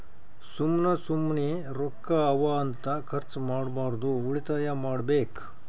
ಸುಮ್ಮ ಸುಮ್ಮನೆ ರೊಕ್ಕಾ ಅವಾ ಅಂತ ಖರ್ಚ ಮಾಡ್ಬಾರ್ದು ಉಳಿತಾಯ ಮಾಡ್ಬೇಕ್